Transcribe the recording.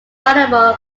available